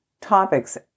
topics